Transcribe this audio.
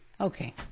Okay